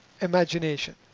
imagination